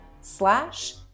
slash